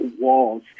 walls